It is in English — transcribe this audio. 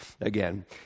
again